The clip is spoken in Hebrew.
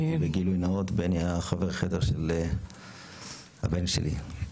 גילוי נאות, בני היה חבר חדר של הבן שלי,